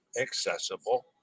accessible